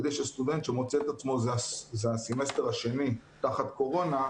כדי שסטודנט שמוצא את עצמו זה הסמסטר השני תחת קורונה,